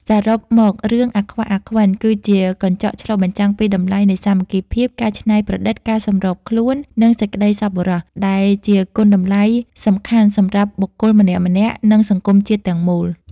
សរុបមក រឿង «អាខ្វាក់ អាខ្វិន» គឺជាកញ្ចក់ឆ្លុះបញ្ចាំងពីតម្លៃនៃ សាមគ្គីភាព ការច្នៃប្រឌិត ការសម្របខ្លួន និងសេចក្តីសប្បុរស ដែលជាគុណតម្លៃសំខាន់សម្រាប់បុគ្គលម្នាក់ៗ និងសង្គមជាតិទាំងមូល។